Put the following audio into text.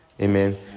Amen